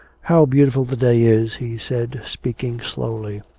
how beautiful the day is he said, speaking slowly.